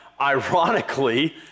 ironically